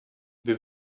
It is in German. wir